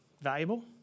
valuable